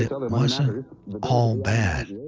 it um it wasn't all bad.